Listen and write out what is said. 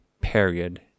period